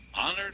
Honored